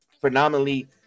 phenomenally